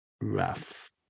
rough